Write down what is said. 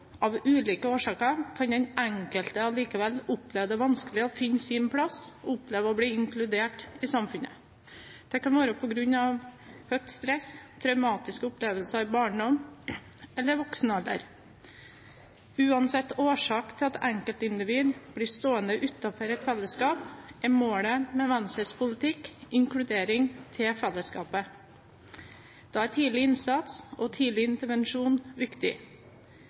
Av ulike årsaker kan den enkelte likevel oppleve det vanskelig å finne sin plass og bli inkludert i samfunnet. Det kan være på grunn av høyt stress, traumatiske opplevelser i barndom eller voksen alder. Uansett årsak til at enkeltindivid blir stående utenfor et fellesskap, er målet med Venstres politikk inkludering i fellesskapet. Da er tidlig innsats og tidlig intervensjon viktig.